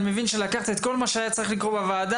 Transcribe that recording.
אני מבין שלקחת את כל מה שהיה צריך לקרות בוועדה,